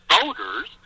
voters